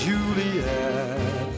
Juliet